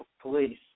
police